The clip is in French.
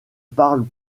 parle